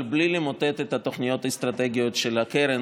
אבל בלי למוטט את התוכניות האסטרטגיות של הקרן,